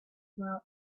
well